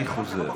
אני חוזר: